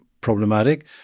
problematic